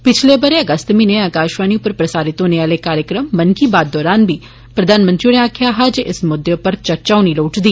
पिछले बरे अगस्त म्हीने आकाषवाणी उप्पर प्रसारित होने आले कार्यक्रम मन की बात दौरान बी प्रधानमंत्री होरें आक्खेआ हा जे इस मुद्दे उप्पर चर्चा होनी लोड़चदी